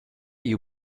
you